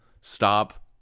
Stop